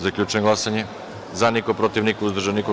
Zaključujem glasanje: za – niko, protiv – niko, uzdržanih – nema.